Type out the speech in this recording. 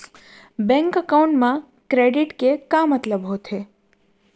Bank account मा credit के का मतलब होथे?